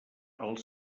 els